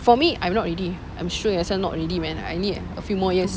for me I'm not ready I'm sure as hell not ready man I need a few more years